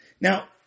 Now